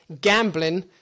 gambling